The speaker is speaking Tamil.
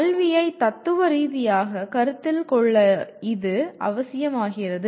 கல்வியை தத்துவ ரீதியாக கருத்தில் கொள்ள இது அவசியமாகிறது